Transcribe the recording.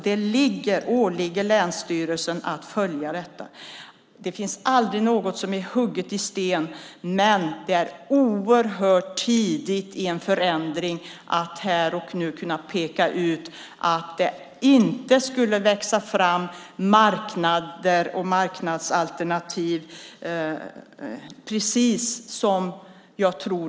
Det åligger länsstyrelsen att följa detta. Det finns aldrig något som är hugget i sten. Det är oerhört tidigt i en förändring att här och nu peka ut att det inte skulle växa fram marknader och marknadsalternativ.